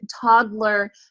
toddler